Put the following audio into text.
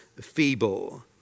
feeble